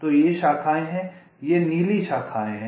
तो ये शाखाएं हैं नीली ये शाखाएं हैं